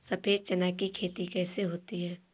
सफेद चना की खेती कैसे होती है?